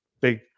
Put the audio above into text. big